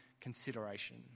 consideration